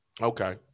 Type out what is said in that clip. Okay